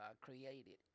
created